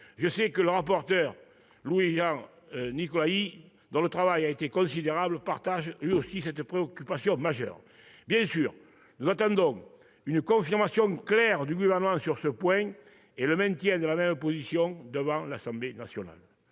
Je sais que M. le rapporteur, Louis-Jean de Nicolaÿ, dont je salue de travail considérable, partage lui aussi cette préoccupation majeure. Bien sûr, nous attendons une confirmation claire du Gouvernement sur ce point et nous espérons qu'il maintiendra la même position devant l'Assemblée nationale.